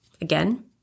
Again